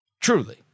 truly